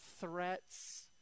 threats